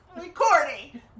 recording